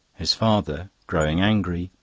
his father, growing angry,